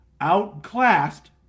outclassed